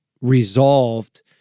resolved